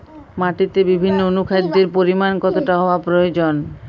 মাটিতে বিভিন্ন অনুখাদ্যের পরিমাণ কতটা হওয়া প্রয়োজন?